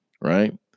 right